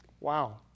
Wow